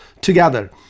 together